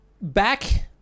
back